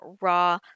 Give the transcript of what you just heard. raw